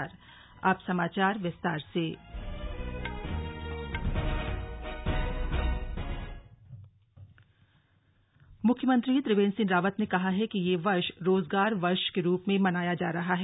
रोजगार मेला मुख्यमंत्री त्रिवेंद्र सिंह रावत ने कहा है कि यह वर्ष रोजगार वर्ष के रूप में मनाया जा रहा है